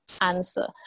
answer